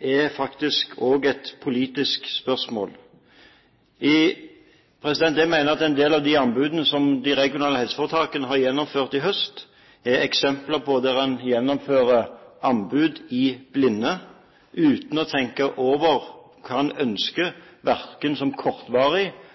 er faktisk også et politisk spørsmål. Jeg mener at en del av de anbudene som de regionale helseforetakene har gjennomført i høst, er eksempler på at en gjennomfører anbud i blinde uten å tenke over hva en ønsker, verken som kortvarig